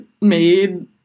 made